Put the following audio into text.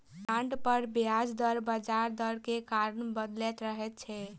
bond पर ब्याज दर बजार दर के कारण बदलैत रहै छै